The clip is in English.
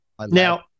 Now